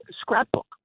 scrapbook